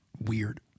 weird